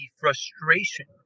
frustration